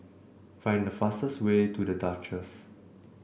find the fastest way to The Duchess